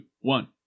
one